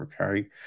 okay